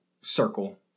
circle